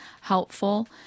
helpful